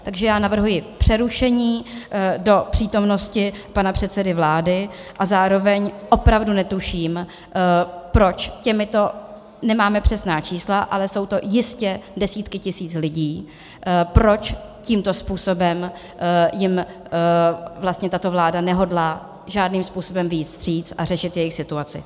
Takže navrhuji přerušení do přítomnosti pana předsedy vlády a zároveň opravdu netuším, proč těmto nemáme přesná čísla, ale jsou to jistě desítky tisíc lidí proč tímto způsobem jim tato vláda nehodlá žádným způsobem vyjít vstříc a řešit jejich situaci.